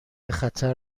خطر